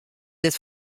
dit